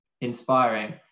inspiring